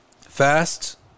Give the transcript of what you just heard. fast